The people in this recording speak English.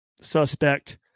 suspect